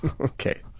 Okay